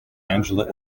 angela